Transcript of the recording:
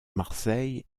marseille